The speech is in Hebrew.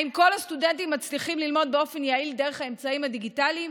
האם כל הסטודנטים מצליחים ללמוד באופן יעיל דרך האמצעים הדיגיטליים?